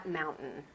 mountain